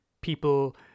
people